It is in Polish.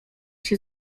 się